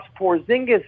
Porzingis